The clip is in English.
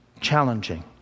Challenging